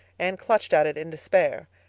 anne clutched at it in despair.